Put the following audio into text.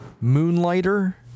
Moonlighter